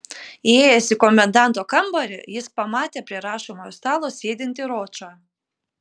įėjęs į komendanto kambarį jis pamatė prie rašomojo stalo sėdintį ročą